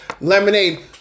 Lemonade